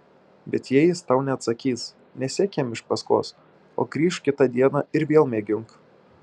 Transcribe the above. bet jei jis tau neatsakys nesek jam iš paskos o grįžk kitą dieną ir vėl mėgink